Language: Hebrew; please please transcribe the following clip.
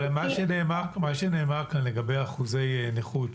אבל מה שנאמר כאן לגבי אחוזי הנכות,